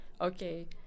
okay